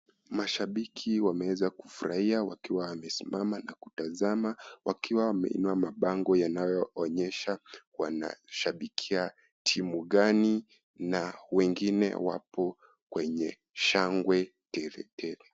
Mashabiki wameweza kufurahia wakiwa wamesimama na kutazama wakiwa wameinua mabango yanayoonyesha wanashabikia timu gani na wengine wapo kwenye shangwe teletele.